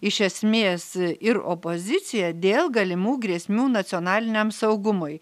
iš esmės ir opozicija dėl galimų grėsmių nacionaliniam saugumui